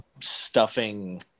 stuffing